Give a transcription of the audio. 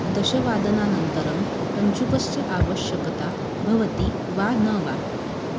दशवादनानन्तरं कञ्चुकस्य आवश्यकता भवति वा न वा